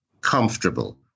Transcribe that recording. comfortable